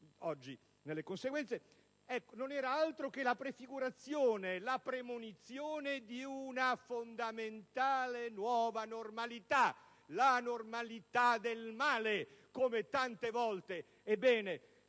oggi le conseguenze, non era altro che la prefigurazione, la premonizione di una fondamentale "nuova normalità"; la normalità del male, come tante volte e bene